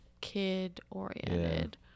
kid-oriented